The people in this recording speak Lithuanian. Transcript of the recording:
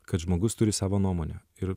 kad žmogus turi savo nuomonę ir